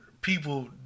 people